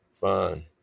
fine